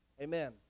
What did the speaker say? Amen